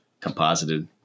composited